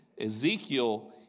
Ezekiel